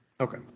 okay